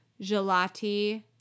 Gelati